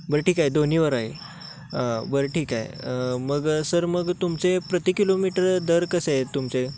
बरं ठीक आहे दोन्हीवर आहे बरं ठीक आहे मग सर मग तुमचे प्रति किलोमीटर दर कसे आहेत तुमचे